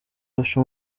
baca